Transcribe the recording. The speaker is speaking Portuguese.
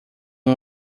uma